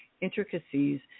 intricacies